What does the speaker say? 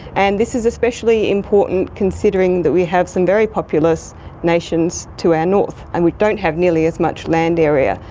and this is especially important considering that we have some very populous nations to our north, and we don't have nearly as much land area.